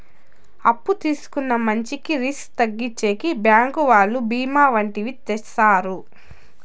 అప్పు తీసుకున్న మంచికి రిస్క్ తగ్గించేకి బ్యాంకు వాళ్ళు బీమా వంటివి చేత్తారు